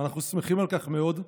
אנחנו שמחים על כך מאוד.